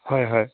হয় হয়